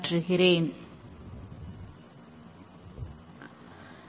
XP ஆனது Kent Beck என்பவரால் 1999ம் ஆண்டு அறிமுகப்படுத்தப்பட்டது